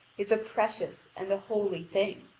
is a precious and a holy thing.